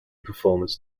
performers